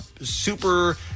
super